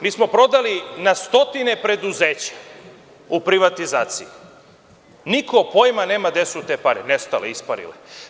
Mi smo prodali na stotine preduzeća u privatizaciji, niko pojma nema gde su te pare, nestale, isparile.